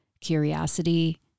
curiosity